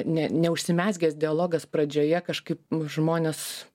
ne neužsimezgęs dialogas pradžioje kažkaip nu žmonės